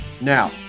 Now